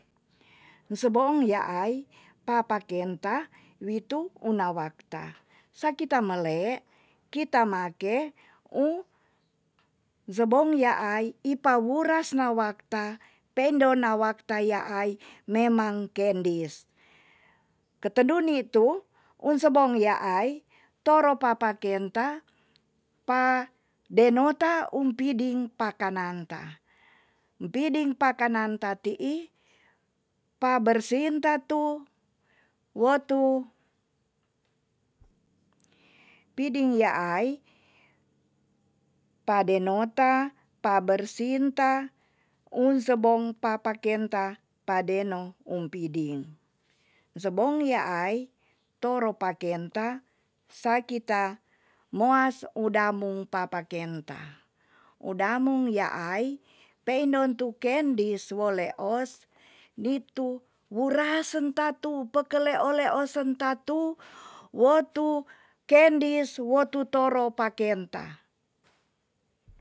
Seboong yaai papa kenta witu una wakta saki ta mele kita make ung sebong yaai ipa wuras na wakta peindo na wakta yaai memang kendis ketedu nitu un sebong yaai toro papakenta pa deno ta umpiding pakanan ta umpidibg pakanan ta tii pa bersin ta tu wo tu piding yaai pade nota pa bersin ta un sebong papa kenta padeno umpiding sebong yaai toro pakenta saki ta moas udambung papa kenta u damung yaai peindon tu kendis wo leos nitu wura sen tatu peke leo leo sentatu wo tu kendis wo tu toro pakenta